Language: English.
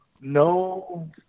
No